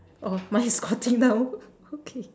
oh mine is squatting down okay